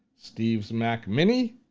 steve's mac mini,